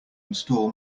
install